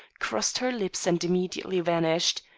crossed her lips and immediately vanished.